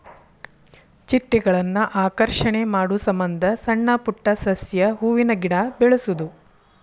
ಚಿಟ್ಟೆಗಳನ್ನ ಆಕರ್ಷಣೆ ಮಾಡುಸಮಂದ ಸಣ್ಣ ಪುಟ್ಟ ಸಸ್ಯ, ಹೂವಿನ ಗಿಡಾ ಬೆಳಸುದು